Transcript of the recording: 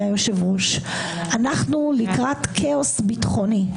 היושב-ראש אנחנו לקראת כאוס ביטחוני.